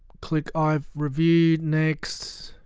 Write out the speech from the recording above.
click i've reviewed next